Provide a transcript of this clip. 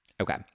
Okay